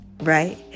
right